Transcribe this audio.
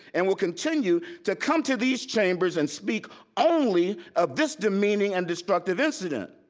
and we'll continue to come to these chambers and speak only of this demeaning and destructive incident.